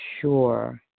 sure